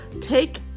take